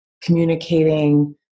communicating